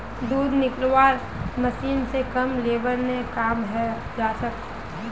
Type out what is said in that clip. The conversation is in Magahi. दूध निकलौव्वार मशीन स कम लेबर ने काम हैं जाछेक